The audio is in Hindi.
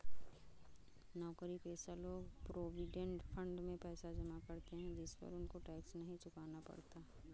नौकरीपेशा लोग प्रोविडेंड फंड में पैसा जमा करते है जिस पर उनको टैक्स नहीं चुकाना पड़ता